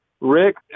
Rick